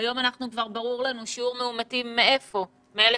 היום כבר ברור לנו: שיעור מאומתים מאיפה מאלה